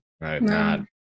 right